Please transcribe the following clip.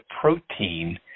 protein